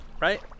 right